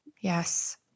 Yes